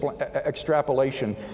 extrapolation